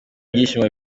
ibishyimbo